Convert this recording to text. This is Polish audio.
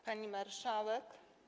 Pani Marszałek!